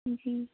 ਜੀ